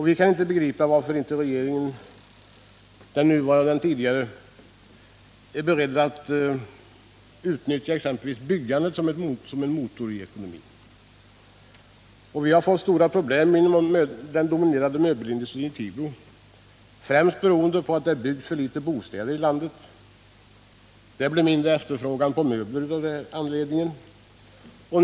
Vi kan inte begripa varför inte regeringen — den tidigare borgerliga trepartiregeringen och den nuvarande folkpartiregeringen — är beredd att utnyttja byggandet som en motor i ekonomin. Vi har stora problem inom vår dominerande möbelindustri i Tibro, främst beroende på att det byggs för få bostäder i landet; det blir mindre efterfrågan på möbler av den orsaken.